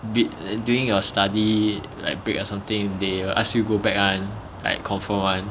beat during your study like break or something they will ask you go back [one] like confirm [one]